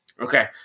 Okay